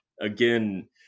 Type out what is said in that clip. again